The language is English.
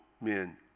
men